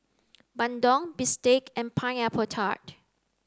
Bandung bistake and pineapple tart